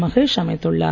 மகேஷ் அமைத்துள்ளார்